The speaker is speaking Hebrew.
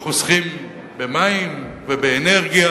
שחוסכים במים ובאנרגיה,